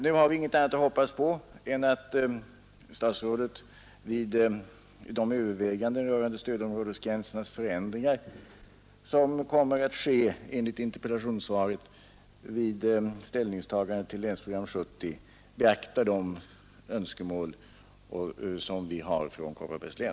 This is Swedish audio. Nu har vi ingenting annat att hoppas på än att sstatsrådet vid de överväganden rörande stödområdesgränsernas förändringar som enligt interpellationssvaret kommer att ske vid ställningstagandet till Länsprogram 1970 beaktar de önskemål som vi har i Kopparbergs län.